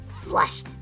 flush